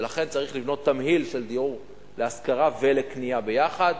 ולכן צריך לבנות תמהיל של דיור להשכרה ולקנייה ביחד.